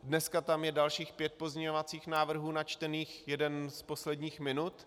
Dneska tam je dalších pět pozměňovacích návrhů načtených, jeden z posledních minut.